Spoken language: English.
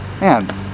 Man